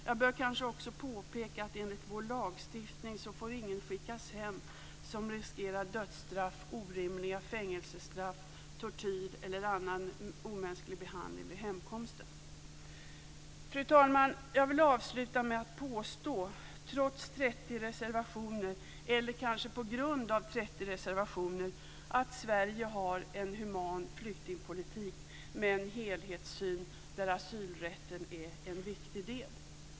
Jag bör kanske också påpeka att enligt vår lagstiftning får ingen skickas hem som riskerar dödsstraff, orimliga fängelsestraff, tortyr eller annan omänsklig behandling vid hemkomsten. Fru talman! Jag vill avsluta med att påstå, trots eller kanske på grund av 30 reservationer, att Sverige har en human flyktingpolitik med en helhetssyn där asylrätten är en viktig del.